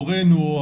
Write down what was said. הורינו,